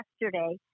yesterday